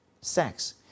sex